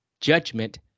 Judgment